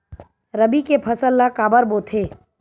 रबी के फसल ला काबर बोथे?